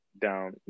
down